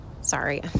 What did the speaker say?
sorry